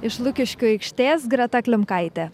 iš lukiškių aikštės greta klimkaitė